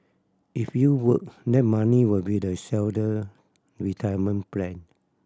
if you would that money will be the seller retirement plan